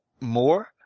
more